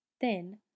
Then